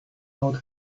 out